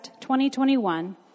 2021